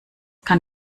kann